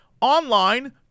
online